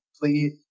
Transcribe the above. please